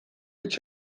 hitz